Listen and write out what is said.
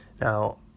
Now